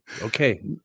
Okay